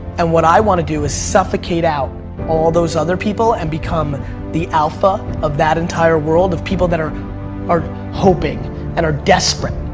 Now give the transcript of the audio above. and what i want to do is suffocate out all those other people and become the alpha of that entire world of people that are are hoping and are desperate